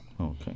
Okay